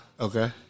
Okay